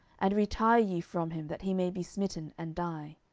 and retire ye from him, that he may be smitten, and die.